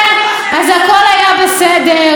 אנחנו לא בובות שלכם.